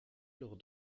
lors